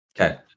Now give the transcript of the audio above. Okay